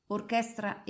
Orchestra